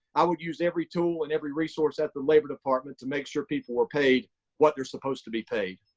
i would use every tool and every resource at the labor department to make sure people were paid what they're supposed to be paid.